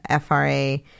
FRA